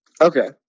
Okay